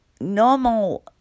normal